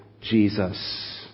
Jesus